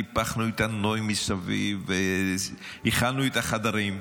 טיפחנו את הנוי מסביב והכנו את החדרים,